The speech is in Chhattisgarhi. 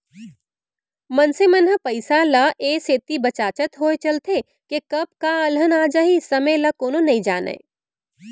मनसे मन ह पइसा ल ए सेती बचाचत होय चलथे के कब का अलहन आ जाही समे ल कोनो नइ जानयँ